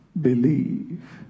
believe